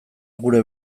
gure